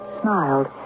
smiled